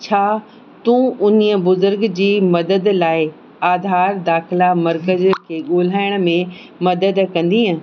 छा तूं उनीअ बुज़ुर्ग जी मदद लाइ आधार दाखिला मर्कज़ खे ॻोल्हाइण में मदद कंदीअ